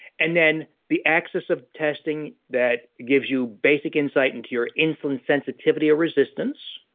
and then the axes of testing, that gives you basic insight into your insulin sensitivity resistance.